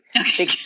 Okay